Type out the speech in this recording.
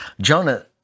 Jonah